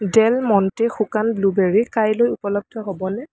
Dell Monte শুকান blueberry কাইলৈ উপলব্ধ হ'বনে